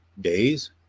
days